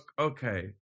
Okay